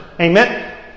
Amen